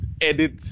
edit